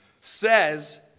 says